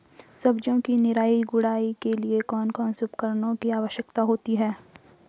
सब्जियों की निराई गुड़ाई के लिए कौन कौन से उपकरणों की आवश्यकता होती है?